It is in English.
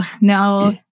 no